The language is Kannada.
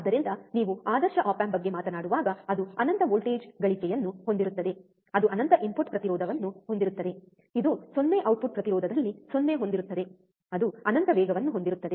ಆದ್ದರಿಂದ ನೀವು ಆದರ್ಶ ಆಪ್ ಆಂಪ್ ಬಗ್ಗೆ ಮಾತನಾಡುವಾಗ ಅದು ಅನಂತ ವೋಲ್ಟೇಜ್ ಗಳಿಕೆಯನ್ನು ಹೊಂದಿರುತ್ತದೆ ಅದು ಅನಂತ ಇನ್ಪುಟ್ ಪ್ರತಿರೋಧವನ್ನು ಹೊಂದಿರುತ್ತದೆ ಇದು 0 ಔಟ್ಪುಟ್ ಪ್ರತಿರೋಧದಲ್ಲಿ 0 ಹೊಂದಿರುತ್ತದೆ ಅದು ಅನಂತ ವೇಗವನ್ನು ಹೊಂದಿರುತ್ತದೆ